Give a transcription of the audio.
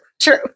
true